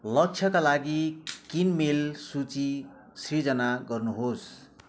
लक्ष्यका लागि किनमेल सूची सृजना गर्नुहोस्